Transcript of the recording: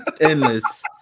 Endless